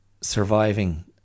surviving